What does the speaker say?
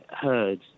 heard